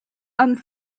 homme